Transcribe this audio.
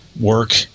work